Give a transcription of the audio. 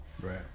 Right